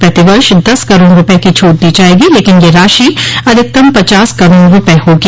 प्रति वर्ष दस करोड़ रूपये की छूट दी जायेगी लेकिन यह राशि अधिकतम पचास करोड़ रूपये होगी